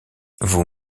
vous